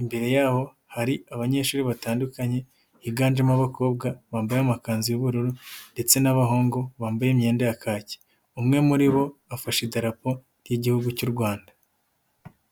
imbere y'aho hari abanyeshuri batandukanye higanjemo abakobwa bambaye amakanzu y'ubururu ndetse n'abahungu bambaye imyenda ya kaki, umwe muri bo afashe idarapo y'Igihugu cy'u Rwanda.